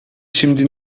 şimdi